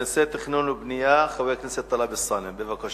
לנושא תכנון ובנייה, חבר הכנסת טלב אלסאנע, בבקשה.